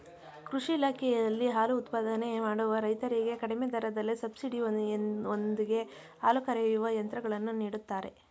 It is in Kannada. ಕೃಷಿ ಇಲಾಖೆಯಲ್ಲಿ ಹಾಲು ಉತ್ಪಾದನೆ ಮಾಡುವ ರೈತರಿಗೆ ಕಡಿಮೆ ದರದಲ್ಲಿ ಸಬ್ಸಿಡಿ ಯೊಂದಿಗೆ ಹಾಲು ಕರೆಯುವ ಯಂತ್ರಗಳನ್ನು ನೀಡುತ್ತಾರೆ